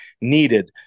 needed